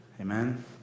amen